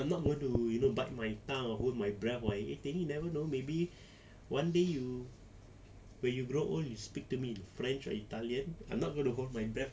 I'm not going to you know bite my tongue or hold my breath or anything maybe one day you when you grow old you speak to me in french or italian I'm not gonna hold my breath